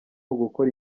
ugukora